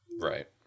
Right